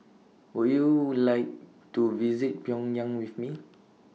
Would YOU like to visit Pyongyang with Me